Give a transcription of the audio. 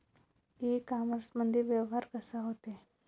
इ कामर्समंदी व्यवहार कसा होते?